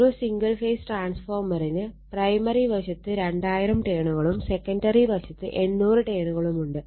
ഒരു single phase ട്രാൻസ്ഫോർമറിന് primary വശത്ത് 2000 ടേണുകളും സെക്കണ്ടറി വശത്ത് 800 ടേണുകളും ഉണ്ട്